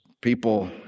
people